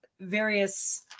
various